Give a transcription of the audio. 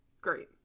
Great